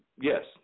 Yes